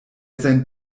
sein